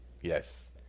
Yes